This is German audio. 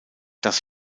das